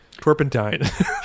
Twerpentine